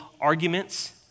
arguments